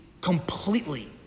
completely